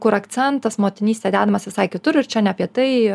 kur akcentas motinystė dedamas visai kitur ir čia ne apie tai